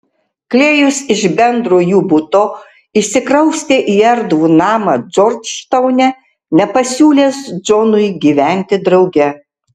klėjus iš bendro jų buto išsikraustė į erdvų namą džordžtaune nepasiūlęs džonui gyventi drauge